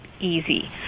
easy